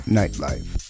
nightlife